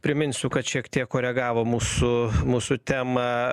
priminsiu kad šiek tiek koregavo mūsų mūsų temą